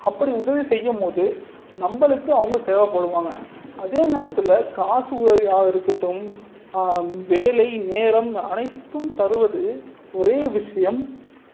அப்படி உதவி செய்யும் போது நம்மளுக்கு அவங்க தேவைப்படுவாங்க அதே நேரத்தில் காசு உதவியாக இருக்கட்டும் வேலை நேரம் அனைத்தும் தருவது ஒரே விஷயம்